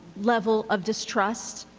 level of distrust.